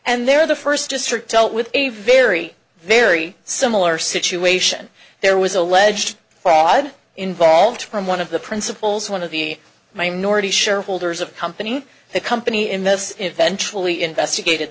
and they're the first district telt with a very very similar situation there was alleged fraud involved from one of the principals one of the minority shareholders of company the company in this eventually investigated